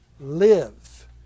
Live